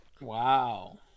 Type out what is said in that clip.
Wow